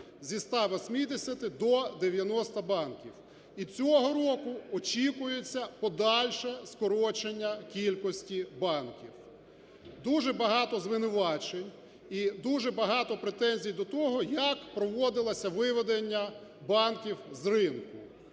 зі 180 до 90 банків і цього року очікується подальше скорочення кількості банків. Дуже багато звинувачень і дуже багато претензій до того, як проводилося виведення банків з ринку.